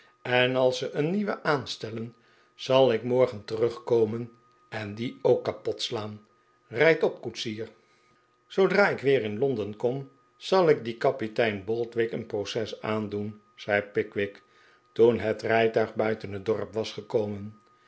en als ze een nieuwen aahstellen zal ik morgen terugkomen en dien ook kapotslaan rijd op koetsier zoodra ik weer in londen kom zal ik dien kapitein boldwig een proces aandoen zei pickwick toen het rijtuig buiten het dorp was gekomen